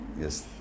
Yes